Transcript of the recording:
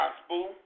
gospel